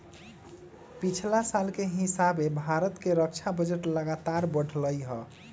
पछिला साल के हिसाबे भारत के रक्षा बजट लगातार बढ़लइ ह